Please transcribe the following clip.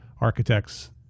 architects